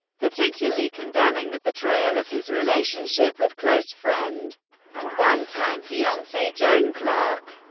particularly condemning the portrayal of his relationship with close friend and one-time fiancee joan clarke.